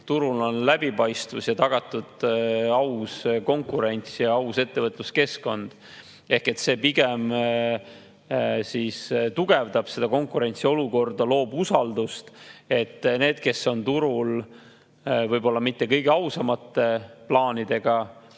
turul on läbipaistvus ja tagatud aus konkurents ja aus ettevõtluskeskkond. See pigem tugevdab konkurentsiolukorda, loob usaldust, et need, kes on võib-olla mitte kõige ausamate plaanidega,